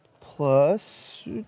plus